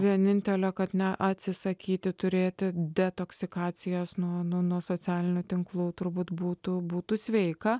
vienintelė kad neatsisakyti turėti detoksikacijos nuo socialinių tinklų turbūt būtų būtų sveika